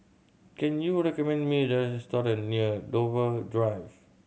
can you recommend me a restaurant near Dover Drive